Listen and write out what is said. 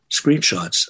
screenshots